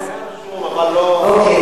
אוקיי,